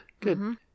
Good